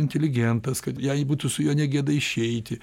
inteligentas kad jai būtų su juo ne gėda išeiti